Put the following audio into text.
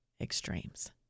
extremes